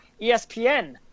ESPN